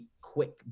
quick